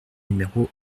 numéro